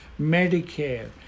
Medicare